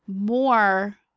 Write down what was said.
more